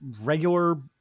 regular